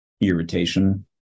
irritation